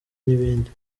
n’ibindi